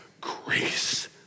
grace